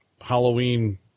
Halloween